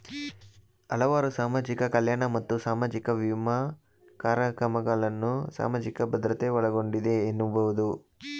ಹಲವಾರು ಸಾಮಾಜಿಕ ಕಲ್ಯಾಣ ಮತ್ತು ಸಾಮಾಜಿಕ ವಿಮಾ ಕಾರ್ಯಕ್ರಮಗಳನ್ನ ಸಾಮಾಜಿಕ ಭದ್ರತೆ ಒಳಗೊಂಡಿದೆ ಎನ್ನಬಹುದು